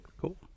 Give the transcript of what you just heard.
Cool